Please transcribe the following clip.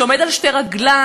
שעומד על שתי רגליים,